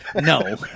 No